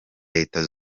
leta